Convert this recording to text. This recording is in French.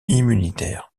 immunitaire